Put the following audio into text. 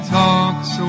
talks